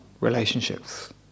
relationships